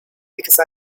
because